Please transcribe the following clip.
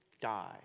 die